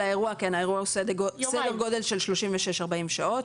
האירוע הוא סדר גודל של 36 40 שעות,